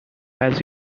has